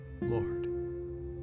Lord